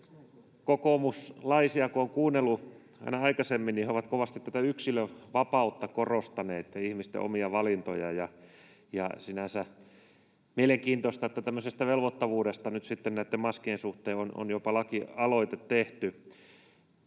kokoomuslaisia kuunnellut, he ovat kovasti tätä yksilön vapautta ja ihmisten omia valintoja korostaneet, ja sinänsä on mielenkiintoista, että tämmöisestä velvoittavauudesta nyt sitten näitten maskien suhteen on jopa lakialoite tehty.